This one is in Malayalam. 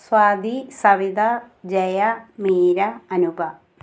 സ്വാതി സവിത ജയ മീര അനുപ